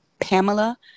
Pamela